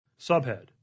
Subhead